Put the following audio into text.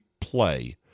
play